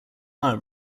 are